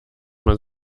man